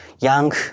young